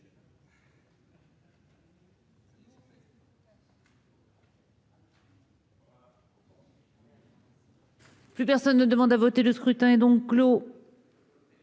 Plus personne ne demande à voter Le scrutin est donc clos.